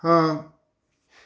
ਹਾਂ